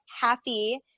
happy